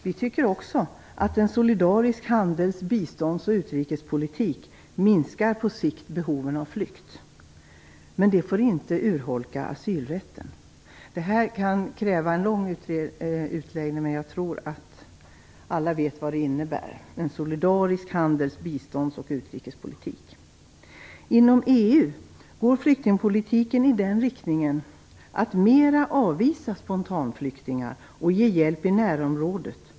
Vi tycker också att en solidarisk handels-, bistånds och utrikespolitik på sikt minskar behoven av flykt, men det får inte urholka asylrätten. Det här kan kräva en lång utläggning, men jag tror att alla vet vad en solidarisk handels-, bistånds och utrikespolitik innebär. Inom EU går flyktingpolitiken i den riktningen att man i större utsträckning avvisar spontanflyktingar och i stället ger hjälp i närområdet.